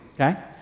okay